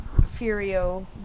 Furio